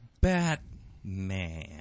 Batman